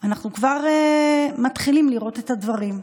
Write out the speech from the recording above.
אנחנו כבר מתחילים לראות את הדברים.